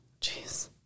jeez